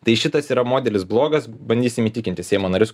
tai šitas yra modelis blogas bandysim įtikinti seimo narius